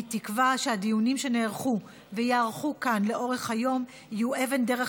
אני מקווה שהדיונים שנערכו וייערכו כאן לאורך היום יהיו אבן דרך